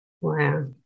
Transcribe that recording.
Wow